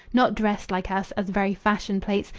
not dressed like us, as very fashion-plates,